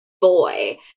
boy